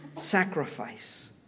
sacrifice